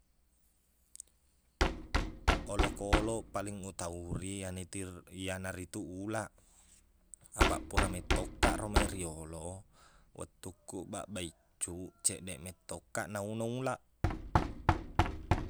Olokkoloq paling utauri iyanitir- iyana ritu ulaq. Apaq pura mettokkaq romeriyolo, wettukku baq baiccuq, ceddeq mettokkaq nauno ulaq.